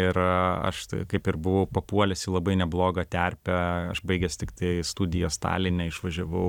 ir aš tai kaip ir buvau papuolęs į labai neblogą terpę aš baigęs tiktai studijas taline išvažiavau